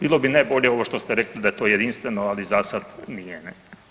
Bilo bi najbolje ovo što ste rekli da je to jedinstveno, ali zasada nije ne.